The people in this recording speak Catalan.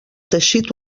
teixit